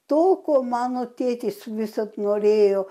to ko mano tėtis visad norėjo